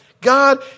God